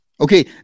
Okay